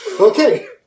Okay